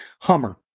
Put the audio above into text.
Hummer